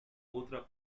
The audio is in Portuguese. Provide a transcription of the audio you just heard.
outra